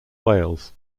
wales